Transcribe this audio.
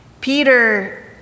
Peter